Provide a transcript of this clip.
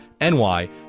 NY